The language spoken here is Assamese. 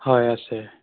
হয় আছে